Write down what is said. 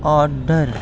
order